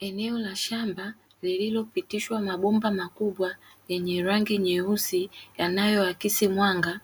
Eneo la shamba lililopitishwa mabomba makubwa yenye rangi nyeusi yanayo akisi mwanga.